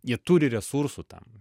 jie turi resursų tam